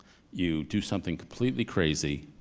you do something completely crazy